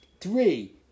three